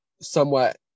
somewhat